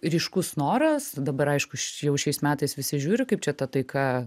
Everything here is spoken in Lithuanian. ryškus noras dabar aišku jau šiais metais visi žiūri kaip čia ta taika